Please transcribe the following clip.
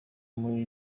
muri